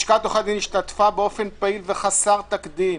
לשכת עורכי הדין השתתפה באופן פעיל וחסר תקדים